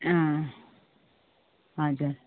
अँ हजुर